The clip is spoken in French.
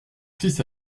fil